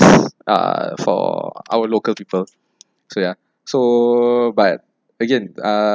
uh for our local people so yeah so but again uh